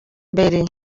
imbere